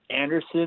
Anderson